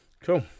Cool